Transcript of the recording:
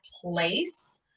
place